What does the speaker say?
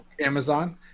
Amazon